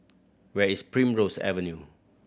where is Primrose Avenue